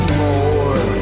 more